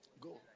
Go